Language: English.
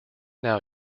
now